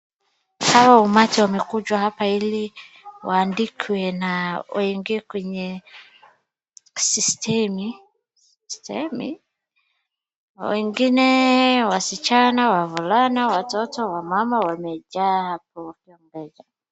Hao umati wamekuja hapa ili waandikwe na waingie kwenye system , system? wengine wasichana, wavulana, watoto, wamama, wamejaa hapo wakiongoja.